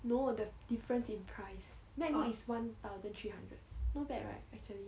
no the difference in price macbook is one thousand three hundred not bad right actually